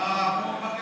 החוצה.